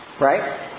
Right